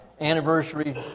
anniversary